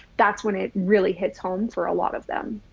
that's when it really hits home for a lot of them.